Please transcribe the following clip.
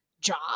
job